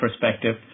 perspective